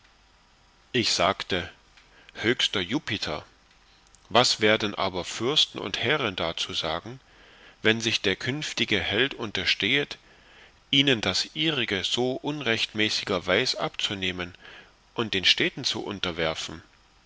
ich sagte höchster jupiter was werden aber fürsten und herren darzu sagen wann sich der künftige held unterstehet ihnen das ihrige so unrechtmäßiger weis abzunehmen und den städten zu unterwerfen